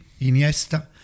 Iniesta